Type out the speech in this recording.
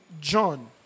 John